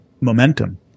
momentum